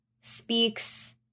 speaks